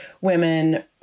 women